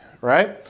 right